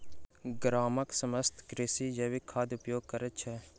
गामक समस्त कृषक जैविक खादक उपयोग करैत छल